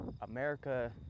America